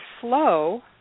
flow